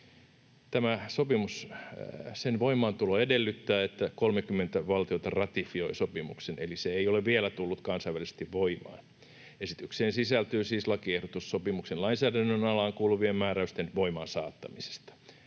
Tämän sopimuksen voimaantulo edellyttää, että 30 valtiota ratifioi sopimuksen, eli se ei ole vielä tullut kansainvälisesti voimaan. Esitykseen sisältyy siis lakiehdotus sopimuksen lainsäädännön alaan kuuluvien määräysten voimaansaattamisesta.